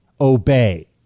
Obey